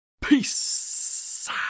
Peace